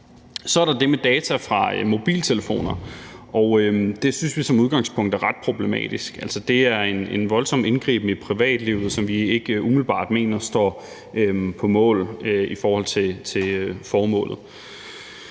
Så er der det med data fra mobiltelefoner, og det synes vi som udgangspunkt er ret problematisk. Altså, det er en voldsom indgriben i privatlivet, som vi ikke umiddelbart mener står mål med formålet.